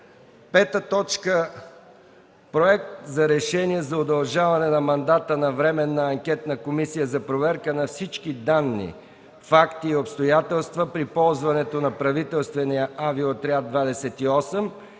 съвет. 5. Проект за решение за удължаване на мандата на Временната анкетна комисия за проверка на всички данни, факти и обстоятелства при ползването на правителствения „Авиоотряд 28”